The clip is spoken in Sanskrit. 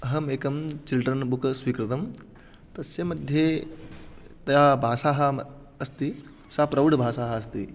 अहम् एकं चिल्ड्रन् बुक् स्वीकृतं तस्य मध्ये तया भाषा अस्ति सा प्रौढभाषा अस्ति